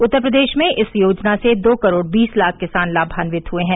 उत्तर प्रदेश में इस योजना से दो करोड़ बीस लाख किसान लाभान्वित हए हैं